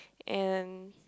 and